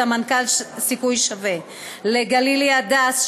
סמנכ"ל "סיכוי שווה"; לגלילי הדס,